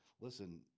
listen